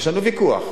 יש ויכוח,